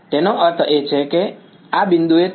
એ તેનો અર્થ એ કે આ બિંદુએ